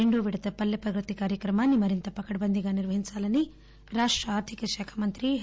రెండో విడత పల్లె ప్రగతి కార్యక్రమాన్ని మరింత పకడ్బంధీగా నిర్వహించాలని రాష్ట ఆర్థిక శాఖ మంత్రి టి